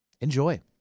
Enjoy